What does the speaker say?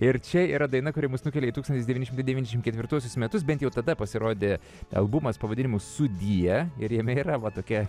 ir čia yra daina kuri mus nukelia į tūkstantis devyni šimtai devyniasdešimt ketvirtuosius metus bent jau tada pasirodė albumas pavadinimu sudie ir jame yra va tokia